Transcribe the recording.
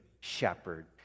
shepherd